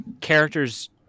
characters